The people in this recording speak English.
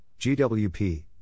GWP